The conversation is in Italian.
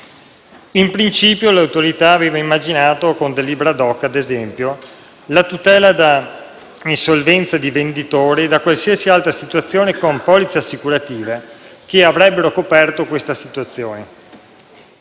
In principio l'Autorità aveva immaginato, con delibere *ad hoc*, la tutela da insolvenza di venditori e da qualsiasi altra situazione con polizze assicurative che avrebbero coperto queste evenienze.